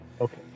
Okay